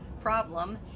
problem